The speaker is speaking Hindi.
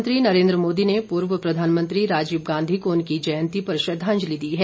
प्र धाानमंत्री नरेन्द्र मोदी ने पूर्व प्र धाानमंत्री राजीव गां धी को उनकी जयन्ती पर श्रद्वांजलि दी है